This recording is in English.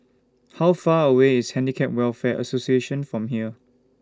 How Far away IS Handicap Welfare Association from here